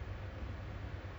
ya